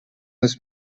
this